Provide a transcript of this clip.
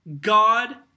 God